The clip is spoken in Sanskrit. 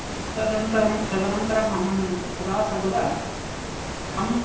तदन्तरं तदनन्तरम् अहं सदा सर्वदा अहं